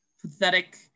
pathetic